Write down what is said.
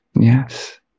yes